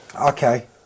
Okay